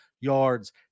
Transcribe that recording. yards